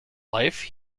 life